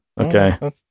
okay